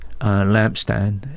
lampstand